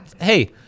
Hey